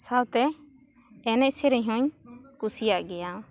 ᱥᱟᱶᱛᱮ ᱮᱱᱮᱡ ᱥᱮᱨᱮᱧ ᱦᱚᱹᱧ ᱠᱩᱥᱤᱭᱟᱜ ᱜᱮᱭᱟ